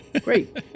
great